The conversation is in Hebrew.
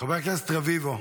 חבר הכנסת רביבו.